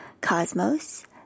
cosmos